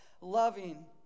loving